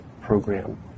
program